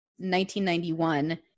1991